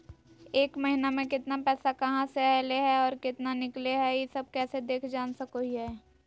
एक महीना में केतना पैसा कहा से अयले है और केतना निकले हैं, ई सब कैसे देख जान सको हियय?